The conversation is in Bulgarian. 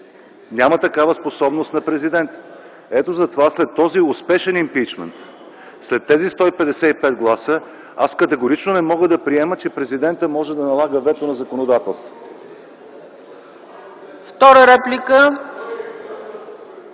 Няма такава способност на президента. Ето затова след този успешен импийчмънт, след тези 155 гласа, аз категорично не мога да приема, че президентът може да налага вето на законодателството.